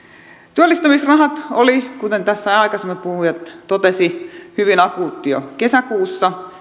työllistämisrahat olivat kuten tässä aikaisemmat puhujat totesivat hyvin akuutti asia jo kesäkuussa